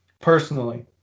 personally